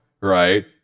right